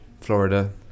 Florida